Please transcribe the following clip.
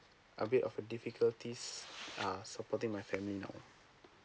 a bit of a difficulties uh supporting my family now